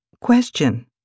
Question